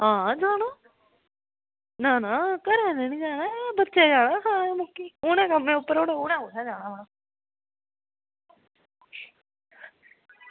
आं जाना आं घरें दे बी जाना एह् बच्चें बी जाना सारें लोकें ई उनें कम्में उप्पर उनें कुत्थें जाना होना